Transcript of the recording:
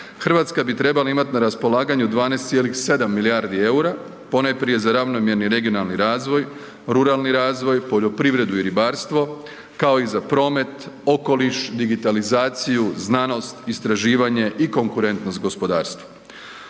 Hrvatska bi trebala imati na raspolaganju 12,7 milijardi eura ponajprije za ravnomjerni regionalni razvoj, ruralni razvoj, poljoprivredu i ribarstvo kao i za promet, okoliš, digitalizaciju, znanost, istraživanje i konkurentnost gospodarstva.